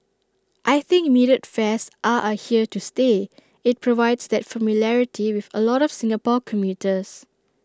I think metered fares are are here to stay IT provides that familiarity with A lot of Singapore commuters